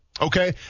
Okay